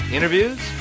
Interviews